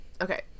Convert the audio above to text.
okay